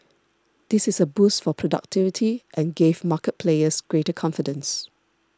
this is a boost for productivity and gave market players greater confidence